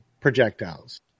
projectiles